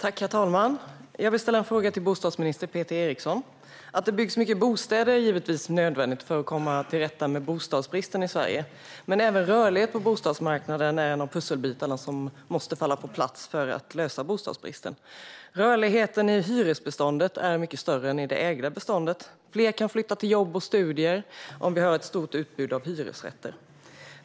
Herr talman! Jag vill ställa en fråga till bostadsminister Peter Eriksson. Att det byggs många bostäder är givetvis nödvändigt för att komma till rätta med bostadsbristen i Sverige. Men även rörlighet på bostadsmarknaden är en av de pusselbitar som måste falla på plats för att lösa bostadsbristen. Rörligheten i hyresbeståndet är mycket större än i det egna beståndet. Fler kan flytta till jobb och studier om vi har ett stort utbud av hyresrätter.